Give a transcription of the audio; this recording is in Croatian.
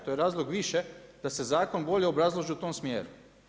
To je razlog više da se zakon bolje obrazlaže u tom smjeru.